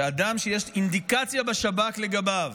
שאדם שיש אינדיקציה בשב"כ לגביו